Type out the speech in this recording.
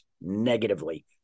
negatively